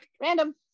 random